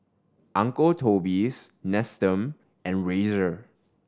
Uncle Toby's Nestum and Razer